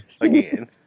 again